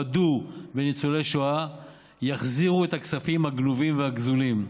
רדו בניצולי שואה יחזירו את הכספים הגנובים והגזולים.